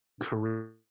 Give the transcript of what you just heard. career